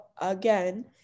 again